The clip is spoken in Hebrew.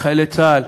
לחיילי צה"ל,